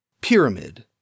Pyramid